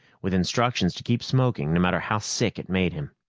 with instructions to keep smoking, no matter how sick it made him.